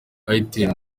itel